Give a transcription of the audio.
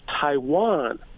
Taiwan